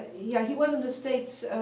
yeah, he was in the states